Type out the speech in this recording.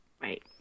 Right